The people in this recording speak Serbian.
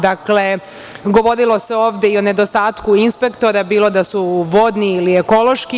Dakle, govorilo se ovde i o nedostatku inspektora, bilo da su vodni ili ekološki.